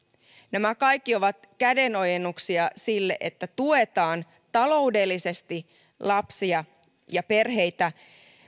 nämä kaikki ovat kädenojennuksia sille että tuetaan taloudellisesti lapsia ja perheitä